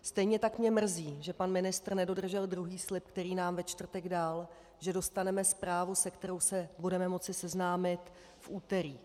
Stejně tak mě mrzí, že pan ministr nedodržel druhý slib, který nám ve čtvrtek dal, že dostaneme zprávu, se kterou se budeme moci seznámit v úterý.